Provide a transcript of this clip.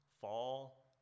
fall